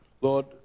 Lord